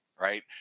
right